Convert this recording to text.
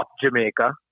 Jamaica